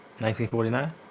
1949